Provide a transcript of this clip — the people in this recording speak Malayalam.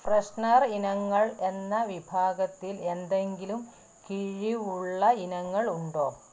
ഫ്രെഷ്നർ ഇനങ്ങൾ എന്ന വിഭാഗത്തിൽ എന്തെങ്കിലും കിഴിവുള്ള ഇനങ്ങൾ ഉണ്ടോ